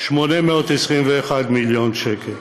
821 מיליון שקל,